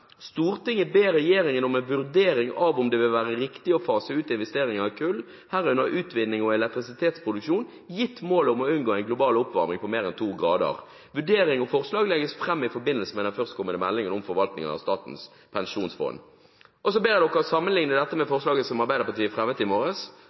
ber regjeringen om en vurdering av om det vil være riktig å fase ut investeringer i kull, herunder utvinning og elektrisitetsproduksjon, gitt målet om å unngå en global oppvarming på mer enn 2 grader. Vurderingen og forslag legges fram i forbindelse med den førstkommende meldingen om forvaltningen av Statens pensjonsfond.» Så ber jeg dere sammenligne dette med